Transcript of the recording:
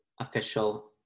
official